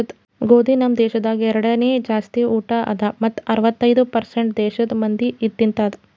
ಗೋದಿ ನಮ್ ದೇಶದಾಗ್ ಎರಡನೇ ಜಾಸ್ತಿ ಊಟ ಅದಾ ಮತ್ತ ಅರ್ವತ್ತೈದು ಪರ್ಸೇಂಟ್ ದೇಶದ್ ಮಂದಿ ತಿಂತಾರ್